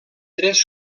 tres